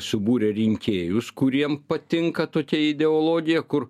subūrė rinkėjus kuriem patinka tokia ideologija kur